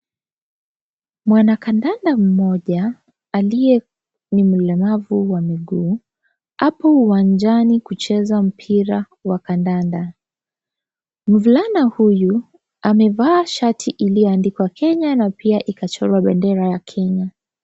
Mwanakandanda mmoja aliye mlemavu wa miguu ako uwanjani kucheza mpira wa kandanda. Mvulana huyu amevaa shati iliyoandikwa Kenya na pia ikachorwa be dera ya Kenya.